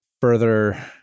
further